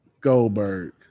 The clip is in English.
Goldberg